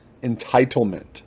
entitlement